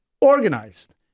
organized